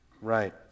Right